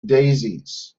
daisies